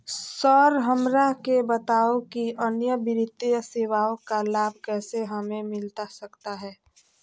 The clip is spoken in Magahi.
सर हमरा के बताओ कि अन्य वित्तीय सेवाओं का लाभ कैसे हमें मिलता सकता है?